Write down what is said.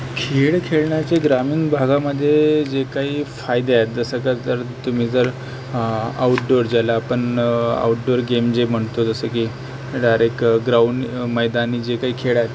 खेळ खेळण्याचे ग्रामीण भागामध्ये जे काही फायदे आहेत जसं कर तर तुम्ही जर आऊटडोर ज्याला आपण आऊटडोर गेम जे म्हणतो जसं की डायरेक्ट ग्राऊंड मैदानी जे काही खेळ आहेत